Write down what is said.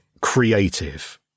creative